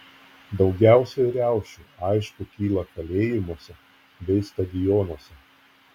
daugiausiai riaušių aišku kyla kalėjimuose bei stadionuose